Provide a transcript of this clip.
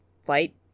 fight